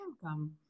welcome